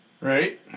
Right